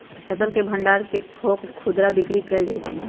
फसल के भण्डार से थोक खुदरा बिक्री कएल जाइ छइ